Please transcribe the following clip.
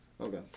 Okay